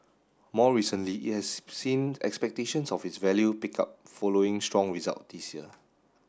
more recently it has seen expectations of its value pick up following strong result this year